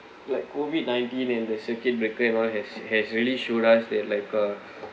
like COVID nineteen and the circuit breaker and all has has really showed us that like uh